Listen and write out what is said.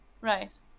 Right